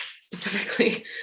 specifically